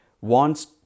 wants